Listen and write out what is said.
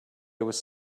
was